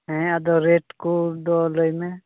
ᱦᱮᱸ ᱟᱫᱚ ᱨᱮ ᱴ ᱠᱚᱫᱚ ᱞᱟᱹᱭ ᱢᱮ